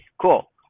cool